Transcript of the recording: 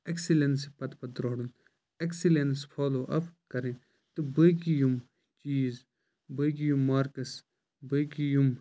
ایٚکسِلیٚنسہِ پَتہٕ پَتہٕ دورُن ایٚکسِلیٚنٕس فالو آف کَرٕنۍ تہٕ باقِے یِم چِیٖز باقٕے یِم مارکٕس باقٕے یِم